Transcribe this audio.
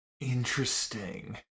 Interesting